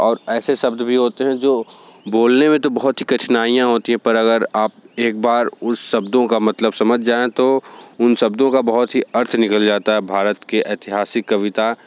और ऐसे शब्द भी होते हैं जो बोलने में तो बहुत ही कठिनाइयाँ होती हैं पर अगर आप एक बार उन शब्दों का मतलब समझ जाएँ तो उन शब्दों का बहुत ही अर्थ निकल जाता है भारत के ऐतिहासिक कविता